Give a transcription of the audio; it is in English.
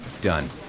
done